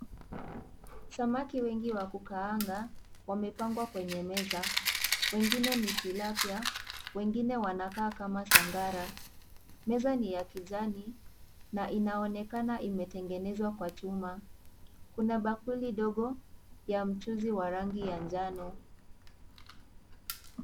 Samaki wengi wa kukaangwa wamepangwa kwenyemeza, wengine ni Tilapia, wengine wanakaa kama Sangara. Meza ni ya kijani na inaonekana imetengenezwa kwa chuma. Kuna bakuli dogo ya mchuzi wa rangi ya njano.